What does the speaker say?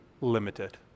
limited